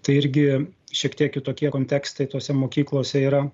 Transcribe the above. tai irgi šiek tiek kitokie kontekstai tose mokyklose yra